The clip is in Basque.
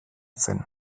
zen